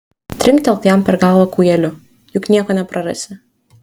trinktelk jam per galvą kūjeliu juk nieko neprarasi